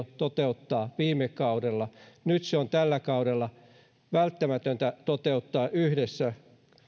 toteuttaa jo viime kaudella nyt se on tällä kaudella välttämätöntä toteuttaa yhdessä